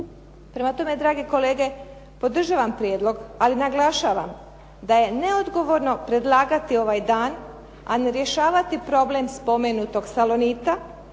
Prema tome, dragi kolege podržavam prijedlog, ali naglašavam da je neodgovorno predlagati ovaj dan, a ne rješavati problem spomenutog salonita